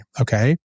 okay